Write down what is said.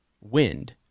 wind